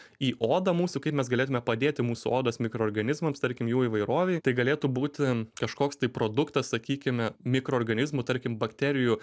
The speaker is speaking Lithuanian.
į odą mūsų kaip mes galėtume padėti mūsų odos mikroorganizmams tarkim jų įvairovei tai galėtų būti kažkoks tai produktas sakykime mikroorganizmų tarkim bakterijų